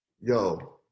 yo